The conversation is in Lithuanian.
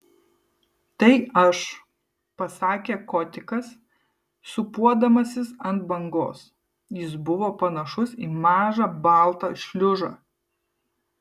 tai aš pasakė kotikas sūpuodamasis ant bangos jis buvo panašus į mažą baltą šliužą